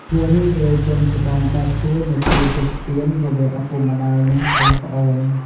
ជារឿយៗ កូនច្បងដើរតួនាទីជាស្ពានរវាងឪពុកម្ដាយ និងប្អូនៗ។